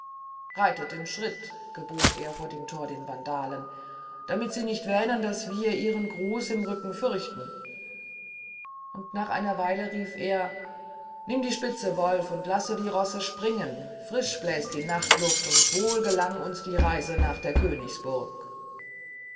reitet im schritt gebot er vor dem tor den vandalen damit sie nicht wähnen daß wir ihren gruß im rücken fürchten und nach einer weile rief er nimm die spitze wolf und lasse die rosse springen frisch bläst die nachtluft und wohl gelang uns die reise nach der königsburg